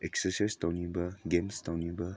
exercise ꯇꯧꯅꯤꯡꯕ games ꯇꯧꯅꯤꯡꯕ